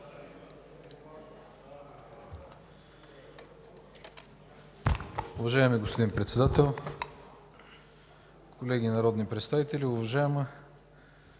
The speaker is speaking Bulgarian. Уважаеми господин Председател, колеги народни представители! Уважаема